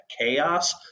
chaos